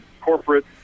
corporate